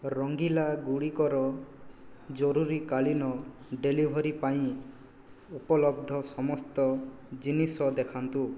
ରଙ୍ଗିଲା ଗୁଡ଼ିକର ଜରୁରୀ କାଳୀନ ଡେଲିଭରି ପାଇଁ ଉପଲବ୍ଧ ସମସ୍ତ ଜିନିଷ ଦେଖାନ୍ତୁ